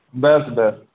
ব্যস ব্যস